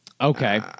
Okay